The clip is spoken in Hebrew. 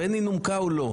בין אם נומקה או לא,